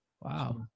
Wow